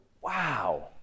wow